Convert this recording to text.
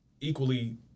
equally